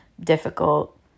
difficult